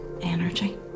energy